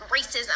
racism